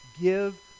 give